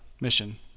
mission